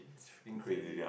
it's freaking crazy